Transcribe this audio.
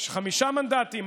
חמישה מנדטים?